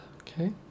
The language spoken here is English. Okay